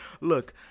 Look